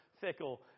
fickle